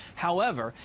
however,